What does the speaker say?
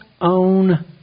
own